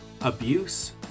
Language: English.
abuse